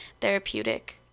therapeutic